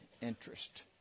interest